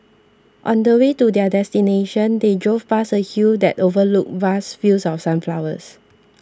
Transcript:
on the way to their destination they drove past a hill that overlooked vast fields of sunflowers